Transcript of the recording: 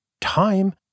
time